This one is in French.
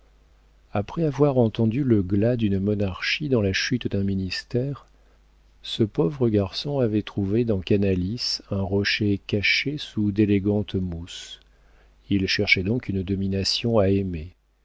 après avoir entendu le glas d'une monarchie dans la chute d'un ministère ce pauvre garçon avait trouvé dans canalis un rocher caché sous d'élégantes mousses il cherchait donc une domination à aimer